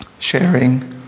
sharing